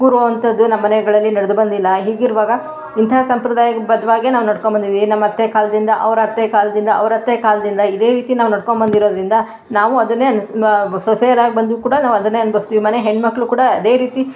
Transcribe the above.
ಕೂರುವಂಥದ್ದು ನಮ್ಮ ಮನೆಗಳಲ್ಲಿ ನಡೆದು ಬಂದಿಲ್ಲ ಹೀಗಿರುವಾಗ ಇಂತಹ ಸಂಪ್ರಾದಯಕ್ಕೆ ಬದ್ದವಾಗೆ ನಾವು ನಡ್ಕೊಬಂದಿದೀವಿ ನಮ್ಮ ಅತ್ತೆ ಕಾಲದಿಂದ ಅವ್ರ ಅತ್ತೆ ಕಾಲದಿಂದ ಅವ್ರ ಅತ್ತೆ ಕಾಲದಿಂದ ಇದೆ ರೀತಿ ನಾವು ನಡ್ಕೊಬಂದಿರೋದ್ರಿಂದ ನಾವು ಅದನ್ನೇ ಸೊಸೆಯರಾಗಿ ಬಂದರೂ ಕೂಡ ನಾವು ಅದನ್ನೇ ಅನ್ಬವಿಸ್ತೀವಿ ಮನೆ ಹೆಣ್ಣುಮಕ್ಳು ಕೂಡ ಅದೇ ರೀತಿ